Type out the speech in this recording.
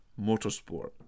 motorsport